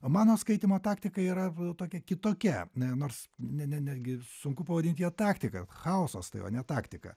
o mano skaitymo taktika yra tokia kitokia nors ne ne ne gi sunku pavadinti ją taktika chaosas tai o ne taktika